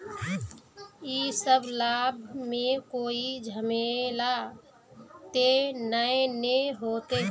इ सब लाभ में कोई झमेला ते नय ने होते?